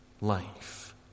life